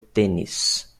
tênis